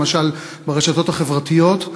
למשל ברשתות החברתיות,